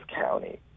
County